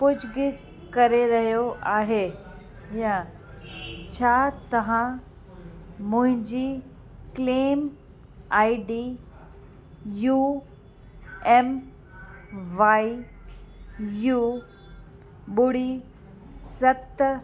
पुछ गिछ करे रहियो आहे हीअं छा तहां मुहिंजी claim ID U M Y U ॿुड़ी सत